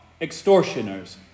extortioners